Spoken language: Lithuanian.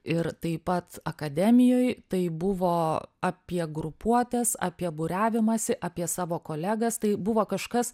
ir taip pat akademijoj tai buvo apie grupuotes apie būriavimąsi apie savo kolegas tai buvo kažkas